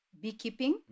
beekeeping